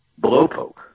blowpoke